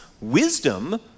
Wisdom